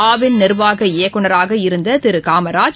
ஆவின் நிர்வாக இயக்குனராக இருந்த திரு காமராஜ்